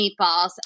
meatballs